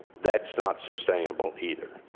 that's not sustainable either.